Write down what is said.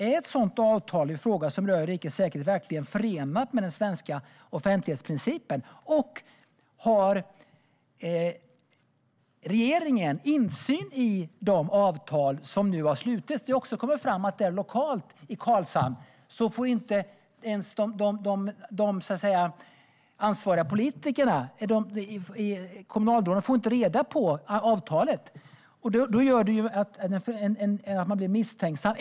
Är ett sådant avtal, en fråga som rör rikets säkerhet, verkligen förenligt med den svenska offentlighetsprincipen? Och har regeringen insyn i de avtal som nu har slutits? Det har ju kommit fram att inte ens de ansvariga politikerna lokalt i Karlshamn får reda på vad som står i avtalet. Detta gör att man blir misstänksam.